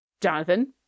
Jonathan